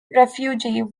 refugee